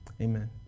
Amen